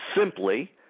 simply